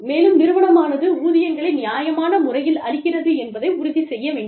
மேலும் நிறுவனமானது ஊதியங்களை நியாயமான முறையில் அளிக்கிறது என்பதை உறுதி செய்ய வேண்டும்